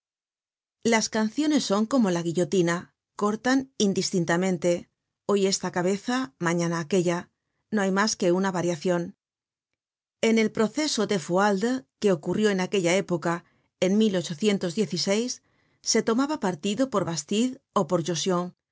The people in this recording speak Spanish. las canciones son como la guillotina cortan indistintamente hoy esta cabeza mañana aquella no hay mas que una variacion en el proceso de fualdes que ocurrió en aquella época en se tomaba partido por bastide ó por